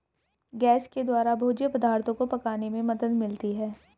gas के द्वारा भोज्य पदार्थो को पकाने में मदद मिलती है